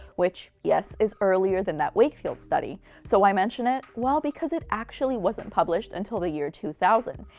which, yes, is earlier than that wakefield study, so why mention it? well, because it actually wasn't published until the year two thousand,